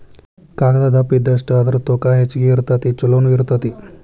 ಕಾಗದಾ ದಪ್ಪ ಇದ್ದಷ್ಟ ಅದರ ತೂಕಾ ಹೆಚಗಿ ಇರತತಿ ಚುಲೊನು ಇರತತಿ